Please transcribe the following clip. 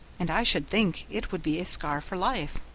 and i should think it would be a scar for life.